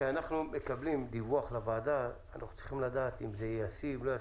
כשאנחנו מקבלים דיווח לוועדה אנחנו צריכים לדעת אם זה ישים או לא ישים.